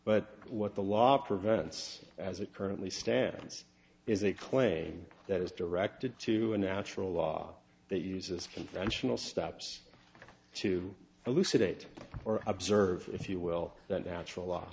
but what the law prevents as it currently stands is a clay that is directed to a natural law that uses conventional stops to elucidate or observe if you will that natural law